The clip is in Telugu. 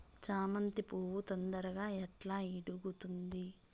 చామంతి పువ్వు తొందరగా ఎట్లా ఇడుగుతుంది?